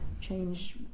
change